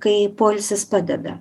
kai poilsis padeda